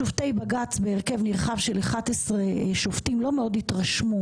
שופטי בג"צ בהרכב נרחב של 11 שופטים לא מאוד התרשמו